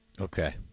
Okay